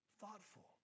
Thoughtful